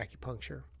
acupuncture